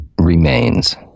remains